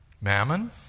Mammon